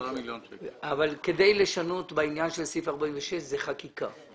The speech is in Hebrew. כדי לשנות בעניין של סעיף 46, זאת חקיקה.